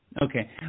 okay